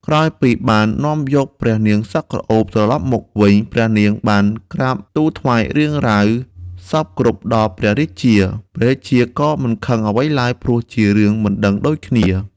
ក្រោយពីបាននាំយកព្រះនាងសក់ក្រអូបត្រឡប់មកវិញព្រះនាងបានក្រាបទូលថ្វាយរឿងរ៉ាវសព្វគ្រប់ដល់ព្រះរាជា ព្រះរាជាក៏មិនខឹងអ្វីឡើយព្រោះជារឿងមិនដឹងដូចគ្នា។